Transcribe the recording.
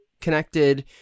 connected